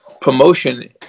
promotion